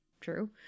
true